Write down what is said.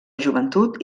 joventut